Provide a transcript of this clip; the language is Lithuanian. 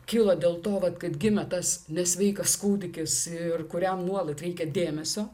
kyla dėl to vat kad gimė tas nesveikas kūdikis ir kuriam nuolat reikia dėmesio